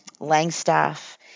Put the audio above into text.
Langstaff